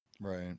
Right